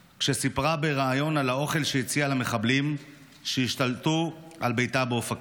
כשסיפרה בריאיון על האוכל שהציעה למחבלים שהשתלטו על ביתה באופקים